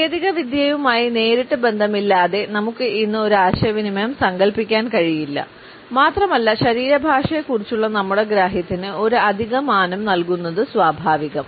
സാങ്കേതികവിദ്യയുമായി നേരിട്ട് ബന്ധമില്ലാതെ നമുക്ക് ഇന്ന് ഒരു ആശയവിനിമയവും സങ്കൽപ്പിക്കാൻ കഴിയില്ല മാത്രമല്ല ശരീരഭാഷയെക്കുറിച്ചുള്ള നമ്മുടെ ഗ്രാഹ്യത്തിന് ഒരു അധിക മാനം നൽകുന്നത് സ്വാഭാവികം